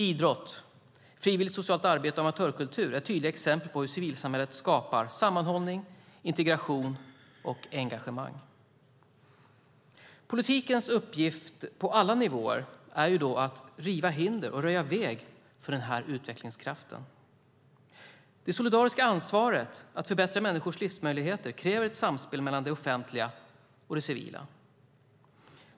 Idrott, frivilligt socialt arbete och amatörkultur är tydliga exempel på hur civilsamhället skapar sammanhållning, integration och engagemang. Politikens uppgift på alla nivåer är att riva hinder och röja väg för denna utvecklingskraft. Det solidariska ansvaret att förbättra människors livsmöjligheter kräver ett samspel mellan det offentliga och det civila.